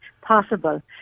possible